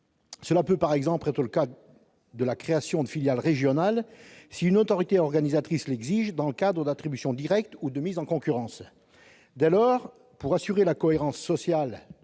filiales. On peut imaginer la création de filiales régionales si une autorité organisatrice l'exige dans le cadre d'attributions directes ou de mises en concurrence. Dès lors, pour assurer la cohérence sociale